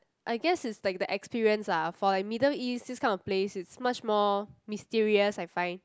I guess it's like the experience lah for like Middle East this kind of place is much more mysterious I find